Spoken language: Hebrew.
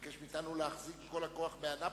הוא בא ומבקש מאתנו להחזיק בכל הכוח באנאפוליס,